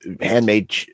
handmade